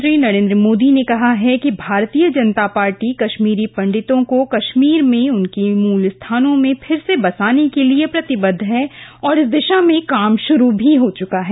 प्रधानमंत्री नरेन्द्र मोदी ने कहा है कि भारतीय जनता पार्टी कश्मीरी पंडितों को कश्मीर में उनके मूल स्थानों में फिर से बसाने के लिए प्रतिबद्ध है और इस दिशा में काम शुरू भी हो चुका है